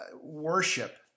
Worship